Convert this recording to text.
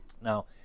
now